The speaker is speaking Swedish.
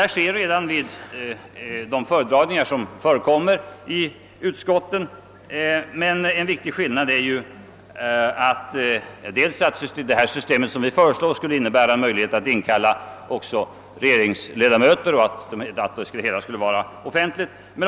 Så sker ibland vid de föredragningar som har förekommit i utskotten, men en viktig skillnad är att det system vi föreslår innebär möjlighet att också inkalla regeringsledamöter samt att hela förfarandet skall vara offentligt.